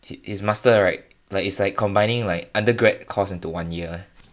i~ is master right like it's like combining like undergrad course into one year eh